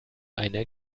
eine